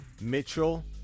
Mitchell